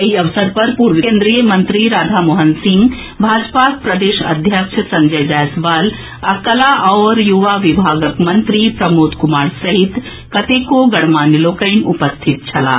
एहि अवसर पर पूर्व केन्द्रीय मंत्री राधा मोहन सिंह भाजपाक प्रदेश अध्यक्ष संजय जायसवाल आ कला आओर युवा विभागक मंत्री प्रमोद कुमार सहित कतेको गणमान्य लोकनि उपस्थित छलाह